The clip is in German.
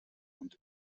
und